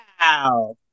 wow